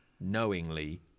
knowingly